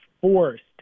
forced